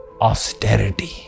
austerity